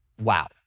Wow